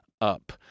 up